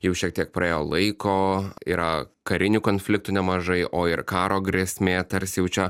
jau šiek tiek praėjo laiko yra karinių konfliktų nemažai o ir karo grėsmė tarsi jau čia